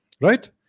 right